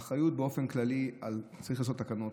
האחריות באופן כללי היא שצריך לעשות תקנות,